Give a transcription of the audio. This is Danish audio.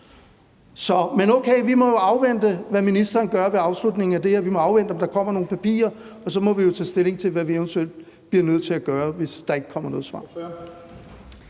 Men okay, vi må jo afvente, hvad ministeren gør ved afslutningen af det her. Vi må afvente, om der kommer nogle papirer, og så må vi jo tage stilling til, hvad vi eventuelt bliver nødt til at gøre, hvis der ikke kommer noget svar.